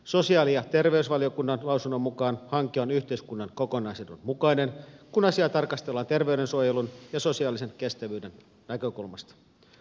sosiaali ja terveysvaliokunnan lausunnon mukaan hanke on yhteiskunnan kokonaisedun mukainen kun asiaa tarkastellaan terveydensuojelun ja sosiaalisen kestävyyden näkökulmasta